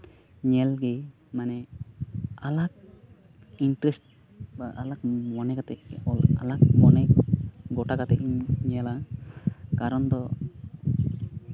ᱧᱮᱞᱜᱮ ᱢᱟᱱᱮ ᱟᱞᱟᱠ ᱤᱱᱴᱟᱨᱮᱥᱴ ᱢᱚᱱᱮ ᱠᱟᱛᱮ ᱟᱞᱟᱠ ᱢᱚᱱᱮ ᱜᱳᱴᱟ ᱠᱟᱛᱮ ᱜᱮᱧ ᱧᱮᱞᱟ ᱡᱟᱨᱚᱱ ᱫᱚ